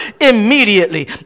immediately